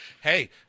Hey